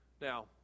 Now